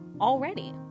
already